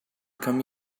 come